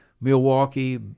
Milwaukee